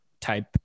type